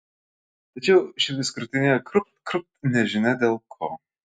tačiau širdis krūtinėje krūpt krūpt nežinia dėl ko